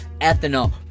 ethanol